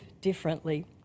differently